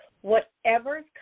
Whatever's